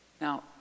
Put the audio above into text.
Now